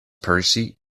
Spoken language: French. percy